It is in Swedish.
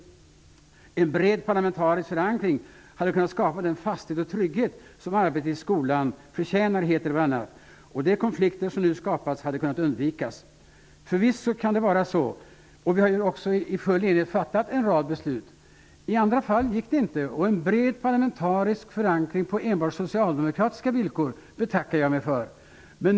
Det heter bl.a. att en bred parlamentarisk förankring hade kunnat skapa den fasthet och trygghet som arbetet i skolan förtjänar, och de konflikter som nu skapats hade kunnat undvikas. Förvisso kan det vara så. Vi har ju också i full enighet fattat en rad beslut. I andra fall gick det inte. En bred parlamentarisk förankring på enbart socialdemokratiska villkor betackar jag mig för.